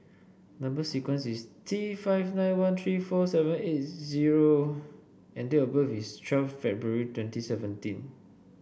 number sequence is T five nine one three four seven eight zero and date of birth is twelve February twenty seventeen